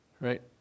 right